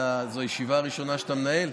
זאת הישיבה הראשונה שאתה מנהל?